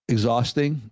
Exhausting